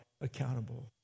accountable